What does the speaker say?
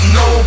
no